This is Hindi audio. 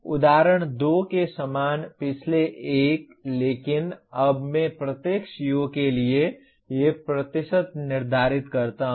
उदाहरण 2 के समान पिछले एक लेकिन अब मैं प्रत्येक CO के लिए ये प्रतिशत निर्धारित करता हूं